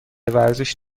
ورزش